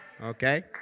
Okay